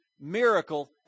miracle